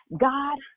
God